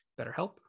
BetterHelp